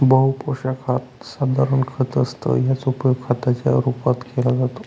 बहु पोशाखात साधारण खत असतं याचा उपयोग खताच्या रूपात केला जातो